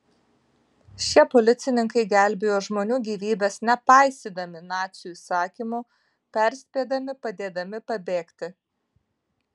šie policininkai gelbėjo žmonių gyvybes nepaisydami nacių įsakymų perspėdami padėdami pabėgti